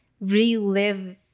relive